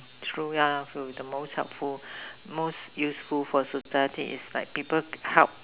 true yeah true the most helpful most useful for society is like people help